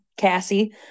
Cassie